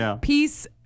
peace